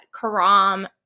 Karam